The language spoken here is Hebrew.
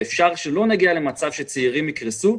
ואפשר שלא נגיע למצב שצעירים יקרסו.